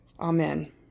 Amen